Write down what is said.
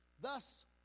Thus